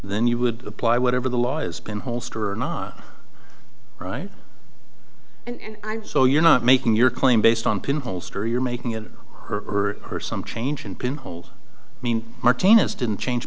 then you would apply whatever the law is been holster or not right and so you're not making your claim based on pinhole story you're making it earth or some change in pinhole mean martinez didn't change